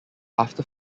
after